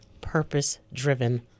purpose-driven